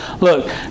Look